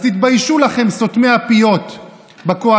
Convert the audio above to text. אז תתביישו לכם, סותמי הפיות בקואליציה.